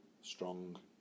Strong